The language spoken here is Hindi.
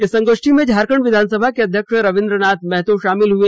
इस संगोष्ठी में झारखंड विधानसभा के अध्यक्ष रबीन्द्र नाथ महतो शामिल हुए